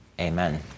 Amen